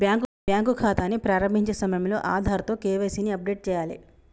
bank ఖాతాని ప్రారంభించే సమయంలో ఆధార్తో కేవైసీ ని అప్డేట్ చేయాలే